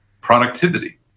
productivity